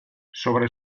sobre